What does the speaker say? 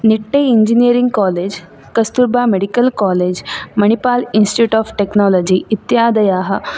Nitte engineering college Kasturba medical college Manipal institute of technology इत्यादयाः